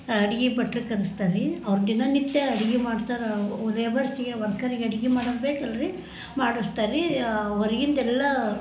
ಅಡ್ಗೆ ಭಟ್ಟರು ಕರೆಸ್ತಾರ್ ರೀ ಅವ್ರು ದಿನನಿತ್ಯ ಅಡಿಗೆ ಮಾಡ್ಸೋರು ಲೇಬರ್ಸಿಗೆ ವರ್ಕರಿಗೆ ಅಡಿಗೆ ಮಾಡೋರು ಬೇಕಲ್ಲ ರೀ ಮಾಡಿಸ್ತಾರ್ ರೀ ಹೊರಗಿಂದೆಲ್ಲ